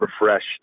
refreshed